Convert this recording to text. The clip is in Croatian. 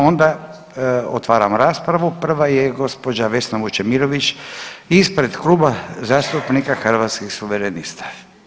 Onda otvaram raspravu, prva je gđa. Vesna Vučemilović ispred Kluba zastupnika Hrvatskih suverenista.